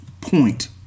point